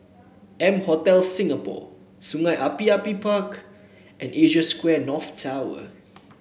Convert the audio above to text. M Hotel Singapore Sungei Api Api Park and Asia Square North Tower